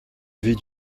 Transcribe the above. vis